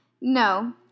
no